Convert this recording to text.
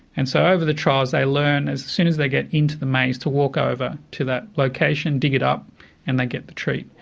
and so over the trials they learn as soon as they get into the maze to walk over to that location, dig it up and they get the treat.